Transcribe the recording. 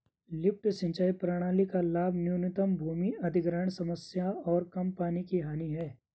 lift सिंचाई प्रणाली का लाभ न्यूनतम भूमि अधिग्रहण समस्या और कम पानी की हानि है